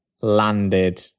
landed